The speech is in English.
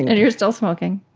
you're still smoking